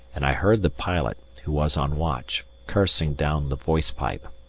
and i heard the pilot, who was on watch, cursing down the voice-pipe,